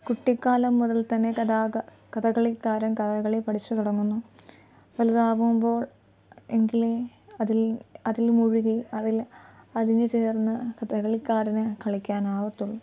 കുട്ടിക്കാലം മുതൽത്തന്നെ കഥകളിക്കാരൻ കഥകളി പഠിച്ചു തുടങ്ങുന്നു വലുതാവുമ്പോൾ എങ്കിലേ അതിൽ അതിൽ മുഴുകി അതിൽ അലിഞ്ഞുചേർന്ന് കഥകളിക്കാരന് കളിക്കാനാകാത്തുള്ളൂ